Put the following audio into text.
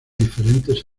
diferentes